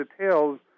details